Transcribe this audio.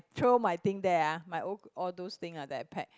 throw my thing there my old all those thing ah that I pack